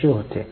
84 होते